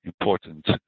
important